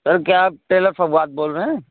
سر کیا آپ ٹیلر فواد بول رہے ہیں